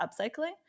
upcycling